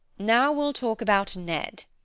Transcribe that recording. now we'll talk about ned.